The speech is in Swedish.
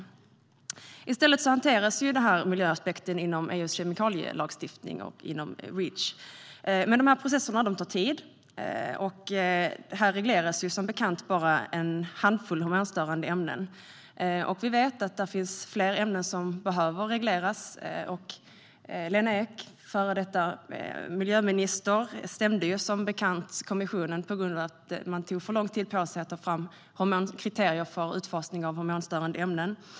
Miljöaspekten hanteras i stället inom EU:s kemikalielagstiftning Reach. Men processerna tar tid, och här regleras som bekant bara en handfull hormonstörande ämnen. Vi vet att det finns fler ämnen som behöver regleras. Lena Ek, före detta miljöminister, stämde som bekant kommissionen på grund av att den tog för lång tid på sig att ta fram kriterier för utfasning av hormonstörande ämnen.